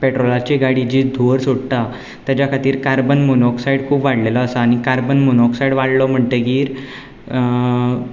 पेट्रोलाची गाडी जी धुंवर सोडटा ताज्या खातीर कार्बन मोनोक्सायड खूब वाडलेलो आसा आनी कार्बन मोनोक्सायड वाडलो म्हणटगीर